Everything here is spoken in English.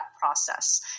process